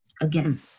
again